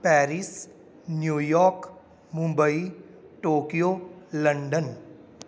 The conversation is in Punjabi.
Paris New York Mumbai Tokyo London